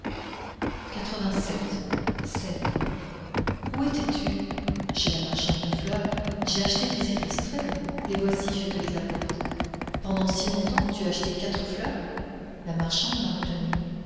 scène où étais-tu chez la marchande de fleurs j'ai acheté des iris très beaux les voici je te les apporte pendant si longtemps tu as acheté quatre fleurs la marchande m'a retenue